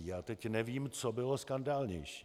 Já teď nevím, co bylo skandálnější.